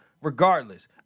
regardless